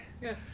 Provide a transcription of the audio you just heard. Yes